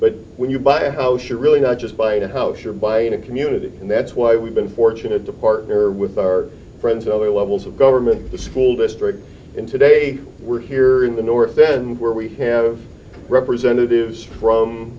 but when you buy a house you're really not just played a house you're buying a community and that's why we've been fortunate to partner with our friends over levels of government the school district in today we're here in the north bend where we have representatives from